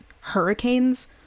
hurricanes